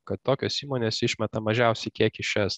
kad tokios įmonės išmeta mažiausią kiekį iš es